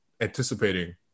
anticipating